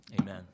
amen